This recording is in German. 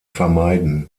vermeiden